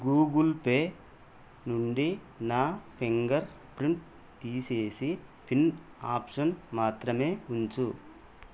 Google Pay నుండి నా fingerprint తీసేసి పిన్ ఆప్షన్ మాత్రమే ఉంచు